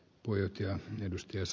herra puhemies